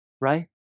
right